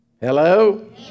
Hello